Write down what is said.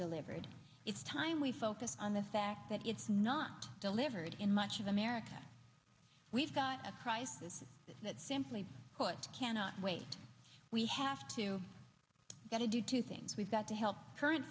delivered it's time we focus on the fact that it's not delivered in much of america we've got a crisis that simply cannot wait we have to get to do two things we've got to help current